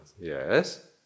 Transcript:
Yes